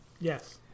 Yes